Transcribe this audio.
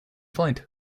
flint